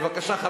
בבקשה.